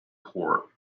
port